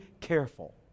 careful